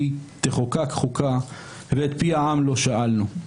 כי תחוקק חוקה ואת פי העם לא שאלנו".